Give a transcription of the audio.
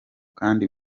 kandi